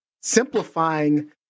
simplifying